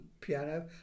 piano